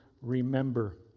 remember